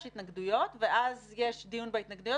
יש התנגדויות ואז יש דיון בהתנגדויות